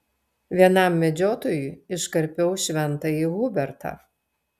vienam medžiotojui iškarpiau šventąjį hubertą